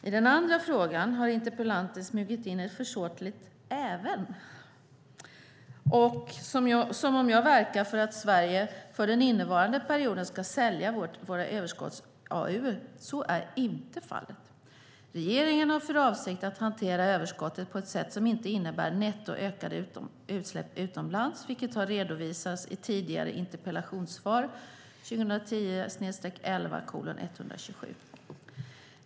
I den andra frågan har interpellanten smugit in ett försåtligt "även", som om jag verkar för att Sverige för den innevarande perioden ska sälja våra överskotts-AAU:er! Så är inte fallet. Regeringen har för avsikt att hantera överskottet på ett sätt som inte innebär ökade utsläpp netto utomlands, vilket har redovisats i tidigare interpellationssvar .